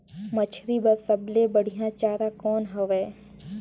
मछरी बर सबले बढ़िया चारा कौन हवय?